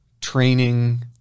training